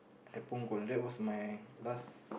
at Punggol that was my last